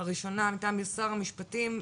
הראשונה הייתה משר המשפטים,